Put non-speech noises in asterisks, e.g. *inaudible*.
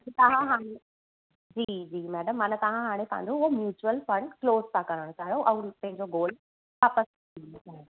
तव्हां *unintelligible* जी जी मैडम माना तव्हां हाणे पंहिंजो इहो म्युचुअल फ़ंड क्लोस था करण चाहियो ऐं रीफंड जो गोल्ड वापसि वठणु चाहियो